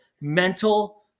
mental